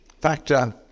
factor